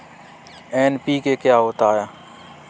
NPK क्या होता है?